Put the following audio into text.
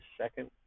second